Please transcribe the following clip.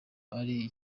ari